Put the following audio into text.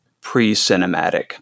pre-cinematic